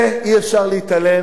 ואי-אפשר להתעלם,